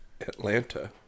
Atlanta